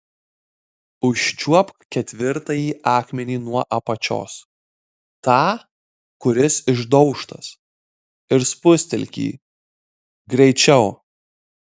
užčiuopk ketvirtąjį akmenį nuo apačios tą kuris išdaužtas ir spustelk jį greičiau